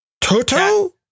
Toto